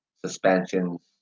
suspensions